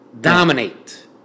dominate